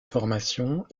formation